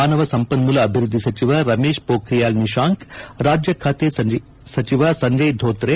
ಮಾನವ ಸಂಪನ್ಮೂಲ ಅಭಿವೃದ್ಧಿ ಸಚಿವ ರಮೇಶ್ ಮೊಬ್ಬಿಯಾಲ್ ನಿಶಾಂಕ್ ರಾಜ್ಯ ಖಾತೆ ಸಚಿವ ಸಂಜಯ್ ಧೋತ್ರೆ